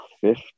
fifth